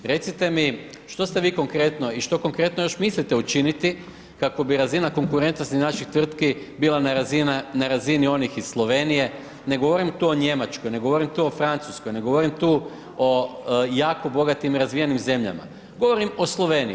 Recite mi što ste vi konkretno i što konkretno još mislite učiniti kako bi razina konkurentnosti naših tvrtki bila na razini onih iz Slovenije, ne govorim tu o Njemačkoj, ne govorim o tu o Francuskoj, ne govorim o jako bogatim, razvijenim zemljama, govorim o Sloveniji.